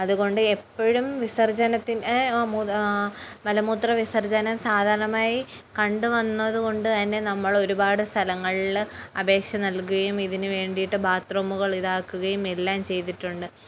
അതുകൊണ്ട് എപ്പോഴും വിസർജ്ജനത്തിന് മലമൂത്ര വിസർജ്ജനം സാധാരണമായി കണ്ടു വന്നതു കൊണ്ടു തന്നെ നമ്മൾ ഒരുപാട് സ്ഥലങ്ങളിൽ അപേക്ഷ നൽകുകയും ഇതിനു വേണ്ടിയിട്ട് ബാത്റൂമുകൾ ഇതാക്കുകയും എല്ലാം ചെയ്തിട്ടുണ്ട്